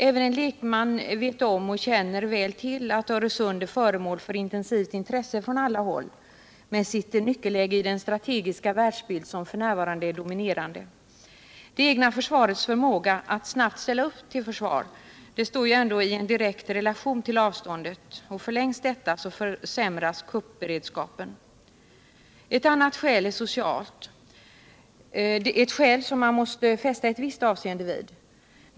Även en lekman vet om och känner väl till att Öresund är föremål för intensivt intresse från alla håll med sitt nyckelläge i den strategiska världsbild som f.n. är dominerande. Det egna försvarets förmåga att snabbt ställa upp till försvar står ju ändå i direkt relation till avståndet, och förlängs detta så försämras kuppberedskapen. Ett annat skäl är socialt — ett skäl som man måste fästa ett visst avseende vid.